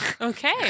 Okay